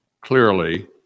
clearly